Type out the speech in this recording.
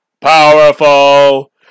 powerful